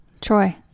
Troy